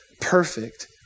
perfect